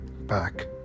back